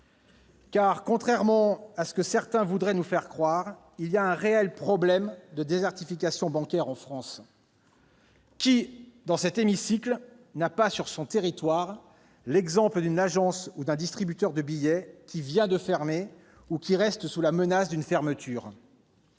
contrairement à ce que certains voudraient nous faire croire, il existe un réel problème de désertification bancaire en France. Qui, dans cet hémicycle, n'a pas sur son territoire l'exemple d'une agence ou d'un distributeur automatique de billets venant de fermer ou restant sous la menace d'une fermeture ?